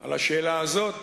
על השאלה הזאת